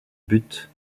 but